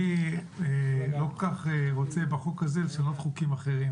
אני לא כל כך רוצה בחוק הזה לשנות חוקים אחרים,